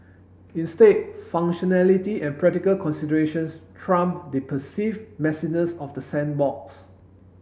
instead functionality and practical considerations trump the perceived messiness of the sandbox